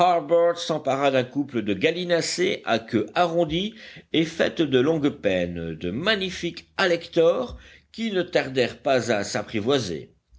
s'empara d'un couple de gallinacés à queue arrondie et faite de longues pennes de magnifiques alectors qui ne tardèrent pas à s'apprivoiser